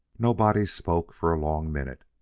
nobody spoke for a long minute.